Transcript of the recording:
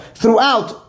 throughout